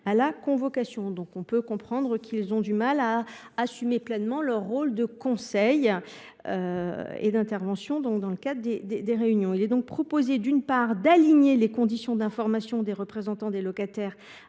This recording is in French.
à la convocation. Dès lors, on peut comprendre qu’ils aient du mal à assumer pleinement leur rôle de conseil et à intervenir dans le cadre des réunions. C’est pourquoi il est proposé, d’une part, d’aligner les conditions d’information des représentants des locataires